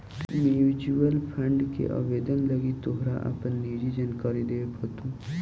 mutual fund के आवेदन लागी तोरा अपन निजी जानकारी देबे पड़तो